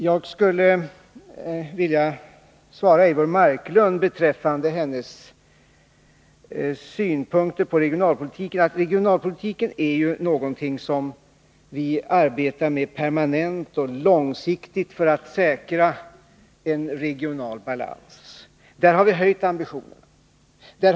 Jag skulle vilja säga till Eivor Marklund beträffande hennes synpunkter på regionalpolitiken, att regionalpolitiken är någonting som vi arbetar med permanent och långsiktigt för att säkra en regional balans. Där har vi höjt ambitionerna.